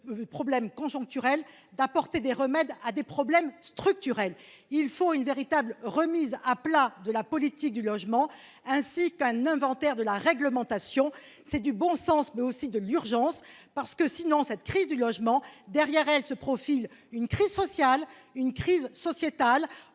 problème conjoncturel d'apporter des remèdes à des problèmes structurels. Il faut une véritable remise à plat de la politique du logement, ainsi qu'un inventaire de la réglementation. C'est du bon sens mais aussi de l'urgence parce que sinon cette crise du logement derrière elle se profile une crise sociale une crise sociétale